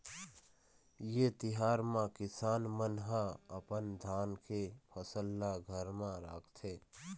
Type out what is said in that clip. ए तिहार म किसान मन ह अपन धान के फसल ल घर म राखथे